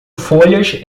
folhas